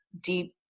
deep